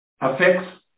affects